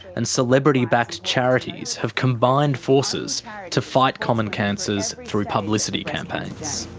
and celebrity-backed charities have combined forces to fight common cancers through publicity campaigns,